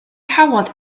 cawod